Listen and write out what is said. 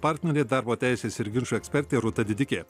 partnerė darbo teisės ir ginčų ekspertė rūta didikė